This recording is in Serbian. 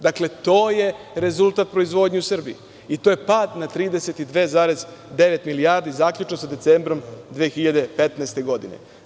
Dakle, to je rezultat proizvodnje u Srbiji i to je pad na 32,9 milijardi, zaključno sa decembrom 2015. godine.